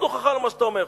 עוד הוכחה למה שאתה אומר.